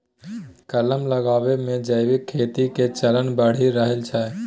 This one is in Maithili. कलम लगाबै मे जैविक खेती के चलन बढ़ि रहल छै